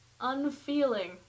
unfeeling